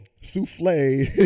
souffle